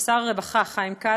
לשר הרווחה חיים כץ,